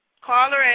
Caller